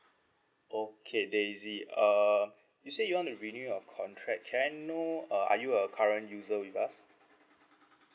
okay daisy uh you say you want to renew your contract can I know uh are you a current user with us